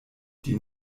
die